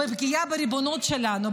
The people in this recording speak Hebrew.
בפגיעה בריבונות שלנו,